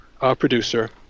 producer